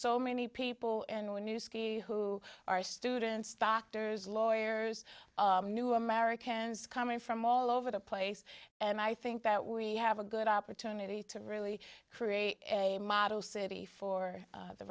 ski who are students doctors lawyers new americans coming from all over the place and i think that we have a good opportunity to really create a model city for the